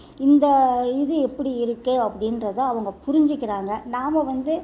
இந்த இது எப்படி இருக்குது அப்படின்றத அவங்க புரிஞ்சிக்கிறாங்க நாம் வந்து